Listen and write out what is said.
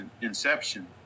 inception